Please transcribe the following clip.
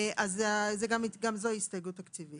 גם זו הסתייגות תקציבית.